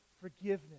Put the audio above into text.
forgiveness